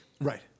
Right